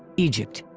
egypt.